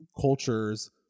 cultures